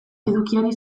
edukiari